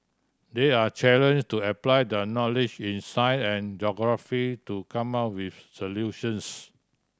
they are challenged to apply their knowledge in science and geography to come up with solutions